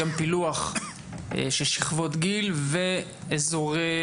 פילוח של שכבות גיל ואזורים.